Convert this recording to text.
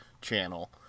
Channel